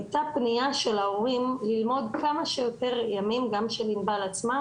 הייתה פנייה של ההורים ללמוד כמה שיותר ימים וגם של ענבל עצמה,